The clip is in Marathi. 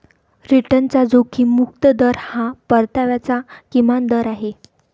रिटर्नचा जोखीम मुक्त दर हा परताव्याचा किमान दर आहे